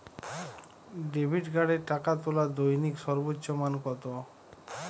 Debit কার্ডে টাকা তোলার দৈনিক সর্বোচ্চ মান কতো?